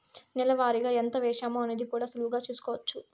నెల వారిగా ఎంత వేశామో అనేది కూడా సులువుగా చూస్కోచ్చు